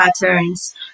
patterns